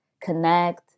connect